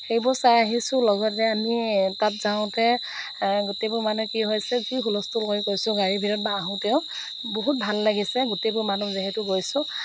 সেইবোৰ চাই আহিছোঁ লগতে আমি তাত যাওঁতে গোটেইবোৰ মানে কি হৈছে যি হুূলস্থুল কৰি গৈছোঁ গাড়ী ভিতৰত বা আহোঁতেও বহুত ভাল লাগিছে গোটেইবোৰ মানুহ যিহেতু গৈছোঁ